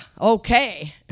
okay